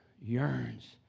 yearns